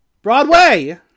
Broadway